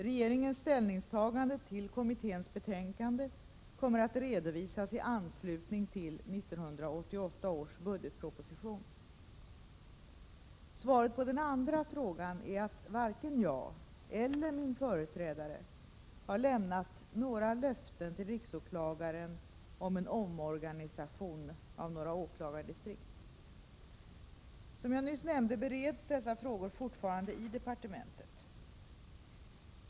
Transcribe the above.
Regeringens ställningstagande till kommitténs betänkande kommer att redovisas i anslutning till 1988 års budgetproposition. Svaret på den andra frågan är att varken jag eller min företrädare har lämnat några löften till riksåklagaren om en omorganisation av några åklagardistrikt. Som jag nyss nämnde bereds dessa frågor fortfarande i departementet.